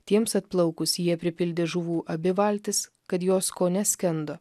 tiems atplaukus jie pripildė žuvų abi valtis kad jos kone skendo